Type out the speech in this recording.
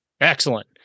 excellent